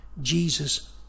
Jesus